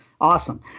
awesome